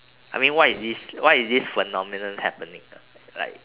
I mean why is this why is this phenomenon happening ah like